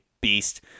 beast